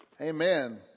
Amen